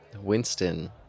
Winston